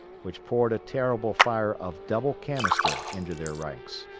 which poured a terrible fire of double canister into their ranks.